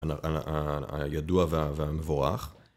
הידוע והמבורך